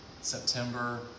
September